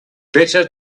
better